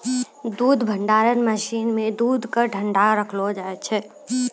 दूध भंडारण मसीन सें दूध क ठंडा रखलो जाय छै